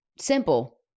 simple